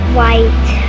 white